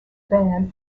band